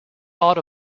thought